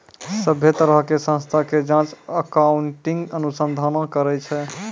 सभ्भे तरहो के संस्था के जांच अकाउन्टिंग अनुसंधाने करै छै